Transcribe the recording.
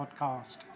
podcast